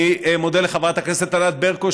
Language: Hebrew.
אני מודה לחברת הכנסת ענת ברקו,